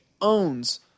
owns